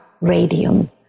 radium